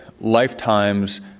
lifetimes